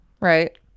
right